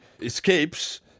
escapes